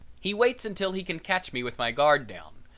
he waits until he can catch me with my guard down.